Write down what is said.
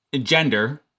gender